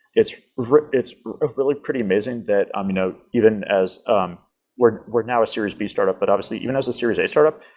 it's really it's ah really pretty amazing that um you know even as um we're we're now a series b startup, but obviously even though as a series a startup,